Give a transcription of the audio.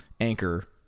anchor